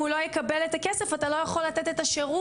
הוא לא יקבל את הכסף אתה לא יכול לתת את השירות,